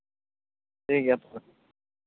ᱴᱷᱤᱠ ᱜᱮᱭᱟ ᱛᱟᱦᱚᱞᱮ